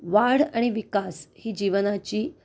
वाढ आणि विकास ही जीवनाची